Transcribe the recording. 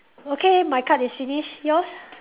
okay my card is finish yours